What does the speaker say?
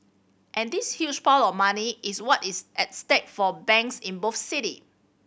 and this huge pile of money is what is at stake for banks in both city